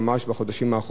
בחודשים האחרונים.